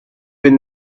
been